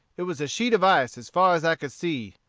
it was a sheet of ice as far as i could see.